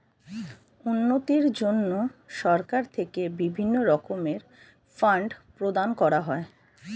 উন্নতির জন্য সরকার থেকে বিভিন্ন রকমের ফান্ড প্রদান করা হয়